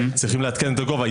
צריכים לעדכן את הגובה.